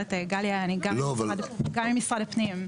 גברת גליה, גם אני ממשרד הפנים.